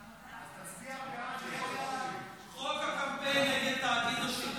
תצביע בעד, חוק הקמפיין נגד תאגיד השידור.